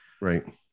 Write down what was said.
right